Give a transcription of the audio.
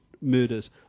murders